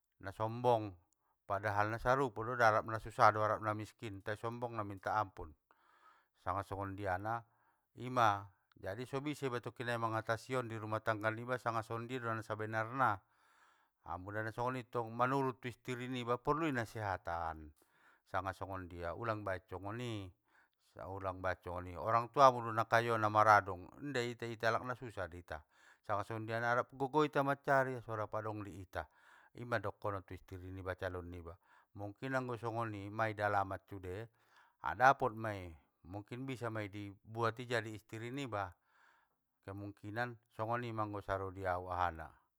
Nasombong, padahal nasarupodo da narap susah do narap miskin tai sombongna minta ampun, sanga songondiana, ima! Jadi so bisa iba tokkinnai mangatasion dirumah tangga niba sanga songondia do nasabenarna. Mula nasongoni tong, manurun tu istiri niba porlu i nasehatan, sanga songondia, ulang baen songoni, sau ulang baen songoni, orang tuamu na kayo namaradong, inda ita i, ita alak nasusah dita, sanga songondiana rap gogo ita mancari, so rap adong di ita. Ima dokonon tu istiri niba, calon niba, mungkin anggo songoni, mai dalaman sude, a dapot mei, mungkin bisa mai ibuat jadi istiri niba, kemungkinan songonima anggo saro diau ahana.